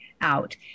out